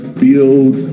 build